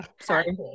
Sorry